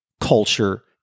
culture